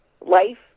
life